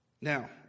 Now